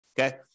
Okay